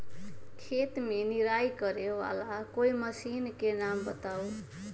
खेत मे निराई करे वाला कोई मशीन के नाम बताऊ?